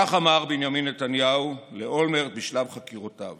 כך אמר בנימין נתניהו לאולמרט בשלב חקירותיו